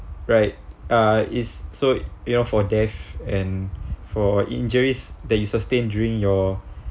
right uh is so you know for death and for injuries that you sustain during your